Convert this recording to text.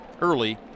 early